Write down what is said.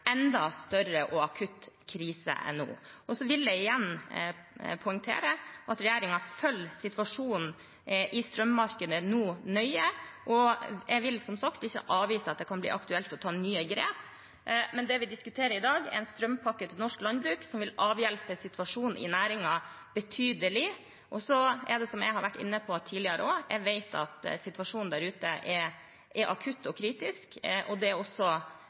enda større og akutt krise enn nå. Så vil jeg igjen poengtere at regjeringen nå følger situasjonen i strømmarkedet nøye, og jeg vil, som sagt, ikke avvise at det kan bli aktuelt å ta nye grep. Men det vi diskuterer i dag, er en strømpakke til norsk landbruk, som vil avhjelpe situasjonen i næringen betydelig. Og, som jeg har vært inne på tidligere: Jeg vet at situasjonen der ute er akutt og kritisk, og det også faktorer som kommer til å bli viktige i årets jordbruksforhandlinger med norsk landbruk. Det er